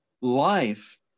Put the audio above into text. life